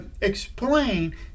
explain